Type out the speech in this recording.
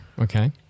Okay